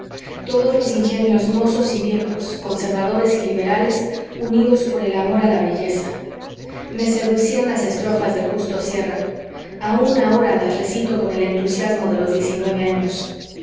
todos los ingenios mozos y viejos conservadores y liberales unidos por el amor a la belleza me seducían las estrofas de justo sierra aun ahora las recito con el entusiasmo de los diez y nueve años